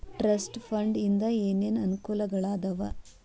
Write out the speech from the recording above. trust fund ಇಂದ ಏನೇನ್ ಅನುಕೂಲಗಳಾದವ